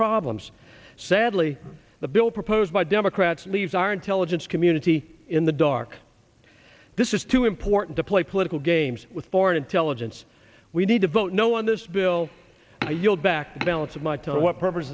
problems sadly the bill proposed by democrats leaves our intelligence community in the dark this is too important to play political games with foreign intelligence we need to vote no on this bill and i yield back the balance of my time what purpose